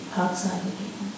outside